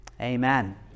Amen